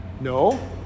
No